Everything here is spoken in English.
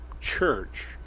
church